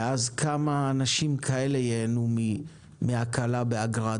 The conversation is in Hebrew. ואז כמה אנשים כאלה ייהנו מהקלה באגרה?